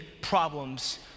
problems